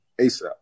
ASAP